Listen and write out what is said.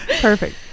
perfect